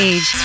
Age